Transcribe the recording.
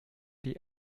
die